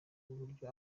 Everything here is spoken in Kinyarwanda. uburyo